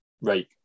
Right